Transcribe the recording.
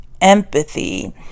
Empathy